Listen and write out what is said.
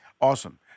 Awesome